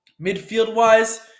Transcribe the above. Midfield-wise